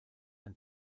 ein